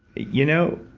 you know,